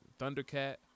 Thundercat